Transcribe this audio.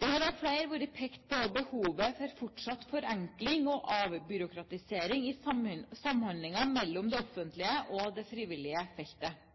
Det har av flere vært pekt på behovet for fortsatt forenkling og avbyråkratisering i samhandlingen mellom det offentlige og det frivillige feltet